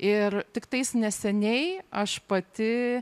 ir tiktais neseniai aš pati